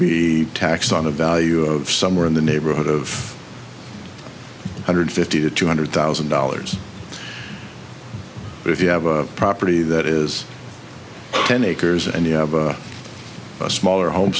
be taxed on a value of somewhere in the neighborhood of one hundred fifty to two hundred thousand dollars if you have a property that is ten acres and you have a smaller home